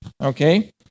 Okay